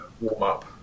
warm-up